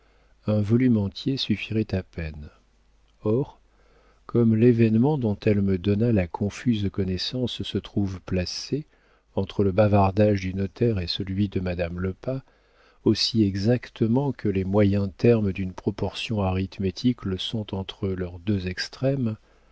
un volume entier suffirait à peine or comme l'événement dont elle me donna la confuse connaissance se trouve placé entre le bavardage du notaire et celui de madame lepas aussi exactement que les moyens termes d'une proportion arithmétique le sont entre leurs deux extrêmes